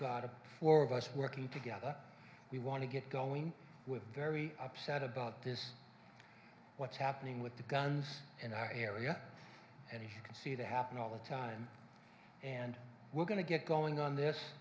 god a four of us working together we want to get going with very upset about this what's happening with the guns in our area and you can see that happen all the time and we're going to get going on this